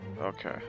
Okay